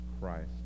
Christ